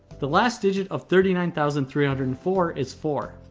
the last digit of thirty nine thousand three hundred and four is four,